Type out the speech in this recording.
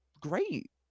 great